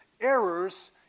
errors